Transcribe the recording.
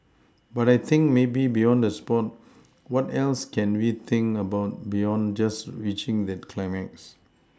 but I think maybe beyond the sport what else can we think about beyond just reaching that climax